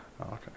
Okay